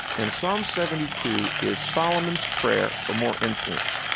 and psalm seventy two is solomon's prayer for more influence.